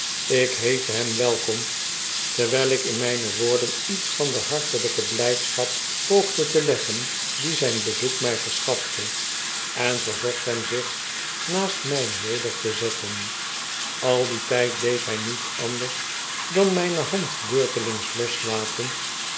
ik heette hem welkom terwyl ik in myne woorden iets van de hartelyke blijdschap poogde te leggen die zyn bezoek my verschafte en verzocht hem zich naast my neder te zetten al dien tyd deed hy niets anders dan myne hand beurtelings loslaten